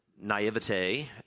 naivete